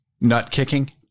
Nut-kicking